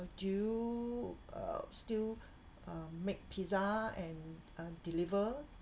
do you uh still uh make pizza and uh deliver